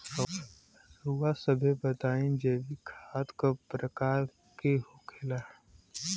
रउआ सभे बताई जैविक खाद क प्रकार के होखेला?